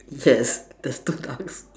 yes there's two ducks